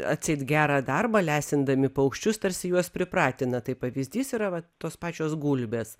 atseit gerą darbą lesindami paukščius tarsi juos pripratina tai pavyzdys yra vat tos pačios gulbės